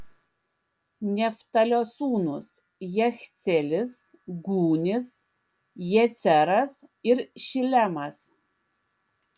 neftalio sūnūs jachceelis gūnis jeceras ir šilemas